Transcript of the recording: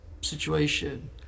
situation